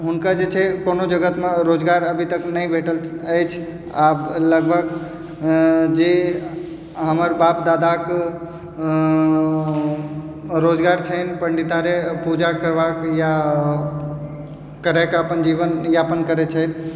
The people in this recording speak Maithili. हुनका जे छै कोनो जगतमे रोजगार अभीतक नहि भेटल अछि आ लगभग जे हमर बाप दादाके रोजगार छनि पण्डितकारे या पूजा करवाक या करिके अपन जीवनयापन करै छै